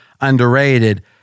underrated